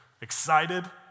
Excited